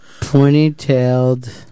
pointy-tailed